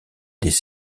des